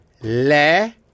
Le